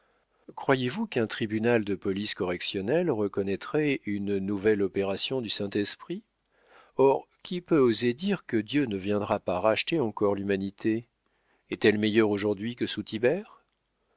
croyez-vous qu'un tribunal de police correctionnelle reconnaîtrait une nouvelle opération du saint-esprit or qui peut oser dire que dieu ne viendra pas racheter encore l'humanité est-elle meilleure aujourd'hui que sous